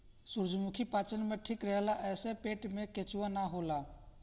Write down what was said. सूरजमुखी पाचन में ठीक रहेला एसे पेट में केचुआ ना होला